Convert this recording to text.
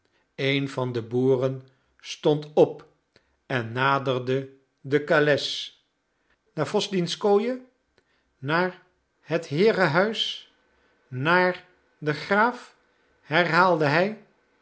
een van de boeren stond op en naderde de kales naar wosdwijenskoye naar het heerenhuis naar den graaf herhaalde hij